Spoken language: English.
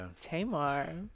Tamar